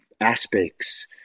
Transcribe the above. aspects